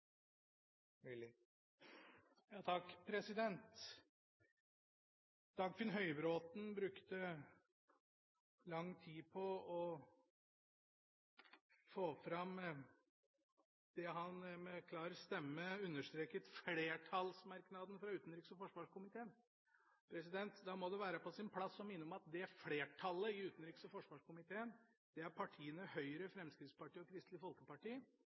å få fram – som han med klar stemme understreket – flertallsmerknaden fra utenriks- og forsvarskomiteen. Da må det være på sin plass å minne om at flertallet i utenriks- og forsvarskomiteen er partiene Høyre, Fremskrittspartiet og Kristelig Folkeparti,